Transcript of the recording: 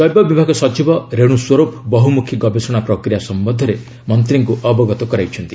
ଜୈବ ବିଭାଗ ସଚିବ ରେଣୁ ସ୍ୱର୍ପ ବହୁମୁଖୀ ଗବେଷଣା ପ୍ରକ୍ରିୟା ସମ୍ଭନ୍ଧରେ ମନ୍ତ୍ରୀଙ୍କୁ ଅବଗତ କରାଇଛନ୍ତି